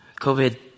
COVID